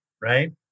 right